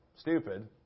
stupid